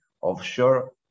offshore